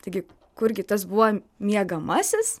taigi kurgi tas buvo miegamasis